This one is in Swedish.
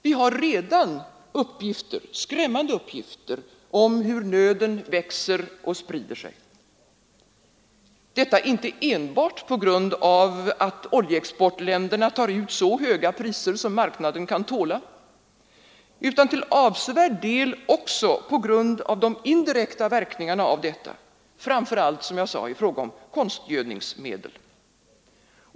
Vi har redan skrämmande uppgifter om hur nöden växer och sprider sig, detta inte enbart på grund av att oljeexportländerna tar ut så höga priser som marknaden kan tåla, men till avsevärd del på grund av de indirekta verkningarna därav, framför allt som jag sade i fråga om konstgödningsmedel.